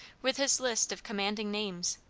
with his list of commanding names,